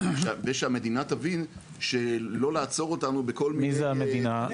ושהמדינה תבין שלא לעצור אותנו בכל --- מי זה המדינה?